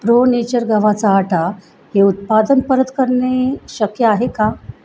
pro Nature गव्हाचा आटा हे उत्पादन परत करणे शक्य आहे का